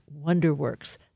Wonderworks